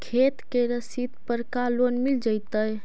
खेत के रसिद पर का लोन मिल जइतै?